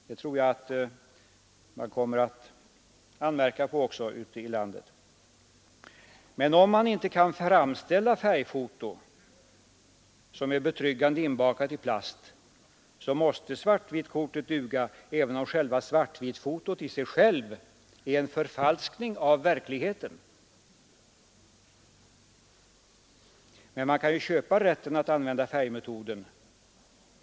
Detta tror jag man också kommer att anmärka på ute i landet. Men om man nu inte kan framställa ett färgfoto som är betryggande inbakat i plast, då måste svartvitkortet duga även om själva svartvitfotot i sig självt är en förfalskning av verkligheten. Man kan ju köpa rätten att använda färgmetoden.